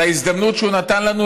על ההזדמנות שהוא נתן לנו